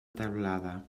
teulada